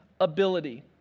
ability